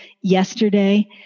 yesterday